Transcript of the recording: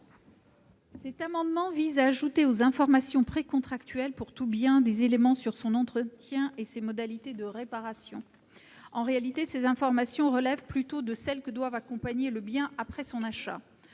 Cet amendement vise à ajouter aux informations précontractuelles relatives à tous les biens des éléments sur leur entretien et les modalités de leur réparation. En réalité, ces informations relèvent plutôt de celles qui doivent accompagner les biens après leur achat.